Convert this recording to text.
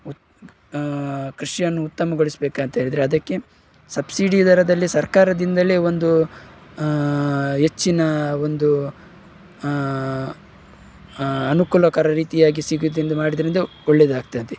ಉತ್ ಕೃಷಿಯನ್ನು ಉತ್ತಮಗೊಳಿಸಬೇಕಂತೇಳಿದ್ರೆ ಅದಕ್ಕೆ ಸಬ್ಸಿಡಿ ದರದಲ್ಲೆ ಸರ್ಕಾರದಿಂದಲೆ ಒಂದು ಹೆಚ್ಚಿನ ಒಂದು ಅನುಕೂಲಕರ ರೀತಿಯಾಗಿ ಸಿಗೋದೆಂದು ಮಾಡಿದರಿಂದ ಒಳ್ಳೆದಾಗ್ತದೆ